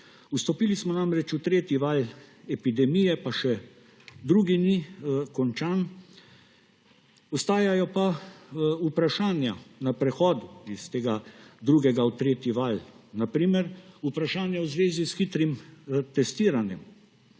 Vstopili smo namreč v tretji val epidemije, pa še drugi ni končan. Ostajajo pa vprašanja na prehodu iz drugega v tretji val, na primer vprašanja v zvezi s hitrim testiranjem,